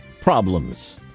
problems